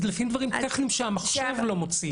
זה לפעמים עניינים טכניים שהמחשב לא מוציא.